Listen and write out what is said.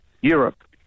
Europe